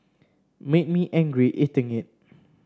made me angry eating it